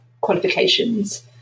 qualifications